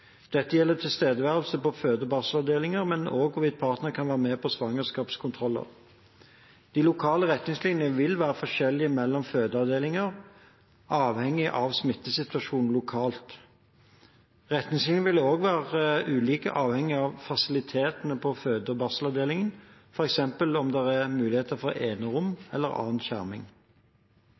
Dette gjelder tilstedeværelse på føde- og barselavdelinger, men også hvorvidt partner kan være med på svangerskapskontroller. De lokale retningslinjene vil være forskjellige mellom fødeavdelinger avhengig av smittesituasjonen lokalt. Retningslinjene vil også være ulike avhengig av fasilitetene på føde- og barselavdelingene, f.eks. om det er muligheter for enerom eller annen skjerming.